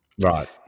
Right